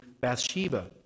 Bathsheba